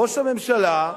ראש הממשלה,